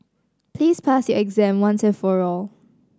please pass your exam once and for all